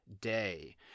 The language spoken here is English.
day